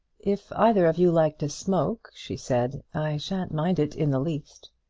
if either of you like to smoke, she said, i shan't mind it in the least.